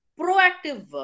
proactive